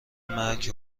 مرگ